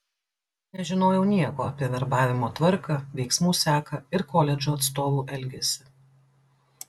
nežinojau nieko apie verbavimo tvarką veiksmų seką ir koledžų atstovų elgesį